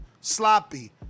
sloppy